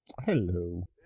Hello